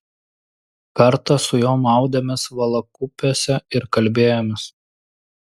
kartą su juo maudėmės valakupiuose ir kalbėjomės